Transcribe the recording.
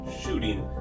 shooting